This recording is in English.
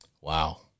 Wow